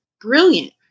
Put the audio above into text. brilliant